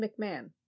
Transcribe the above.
mcmahon